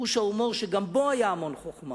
חוש הומור שגם בו היה המון חוכמה.